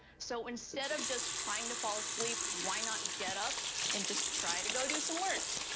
so instead of just trying to fall asleep, why not get up and just try to go do some work?